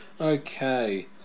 Okay